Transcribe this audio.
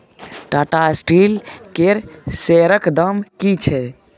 Tata Steel केर शेयरक दाम की छै?